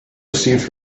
received